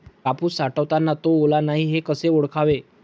कापूस साठवताना तो ओला नाही हे कसे ओळखावे?